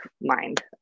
mind